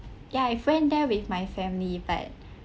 ya I went there with my family but